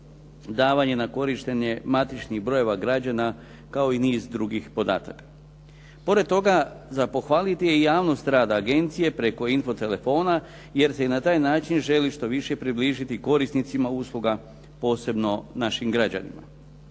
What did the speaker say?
davanje na korištenje matičnih brojeva građana, kao i niz drugih podataka. Pored toga za pohvaliti je javnost rada agencije preko info telefona, jer se i na taj način želi što više približiti korisnicima usluga posebno našim građanima.